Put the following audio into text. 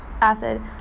acid